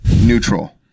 neutral